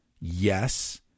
Yes